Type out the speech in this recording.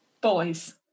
Boys